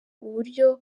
uburyo